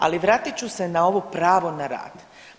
Ali vratit ću se na ovo pravo na rad.